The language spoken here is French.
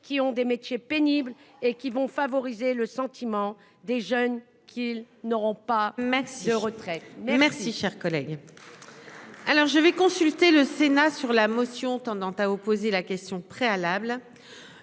qui ont des métiers pénibles et qui vont favoriser. Vous avez le sentiment des jeunes qu'ils n'auront pas même ce retrait merci, cher collègue. Alors je vais consulter le Sénat sur la motion tendant à opposer la question préalable,